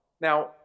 Now